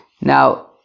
Now